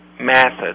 method